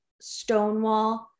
Stonewall